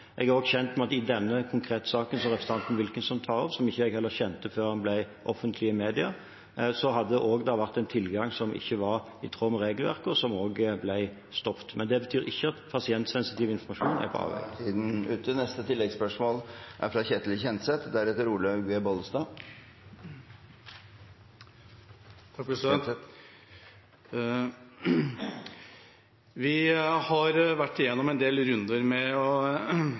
Jeg er kjent med at i denne konkrete saken som representanten Wilkinson tar opp, og som jeg ikke kjente før den ble offentlig i media, hadde det også vært en tilgang som ikke var i tråd med regelverket og som ble stoppet. Men det betyr ikke at pasientsensitiv informasjon er på avveier. Ketil Kjenseth – til oppfølgingsspørsmål. Vi har vært igjennom en del runder med – for å